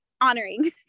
honoring